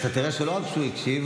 אז אתה תראה שלא רק שהוא הקשיב,